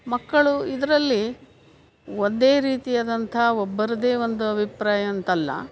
ಮಕ್ಕಳು ಇದರಲ್ಲಿ ಒಂದೇ ರೀತಿಯಾದಂಥ ಒಬ್ಬರದೇ ಒಂದು ಅಭಿಪ್ರಾಯ ಅಂತಲ್ಲ